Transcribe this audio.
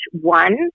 one